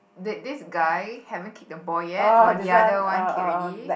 did this guy haven't kicked the ball yet but the other one kicked already